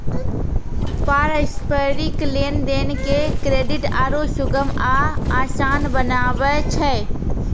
पारस्परिक लेन देन के क्रेडिट आरु सुगम आ असान बनाबै छै